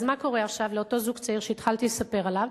אז מה קורה עכשיו לאותו זוג צעיר שהתחלתי לספר עליו?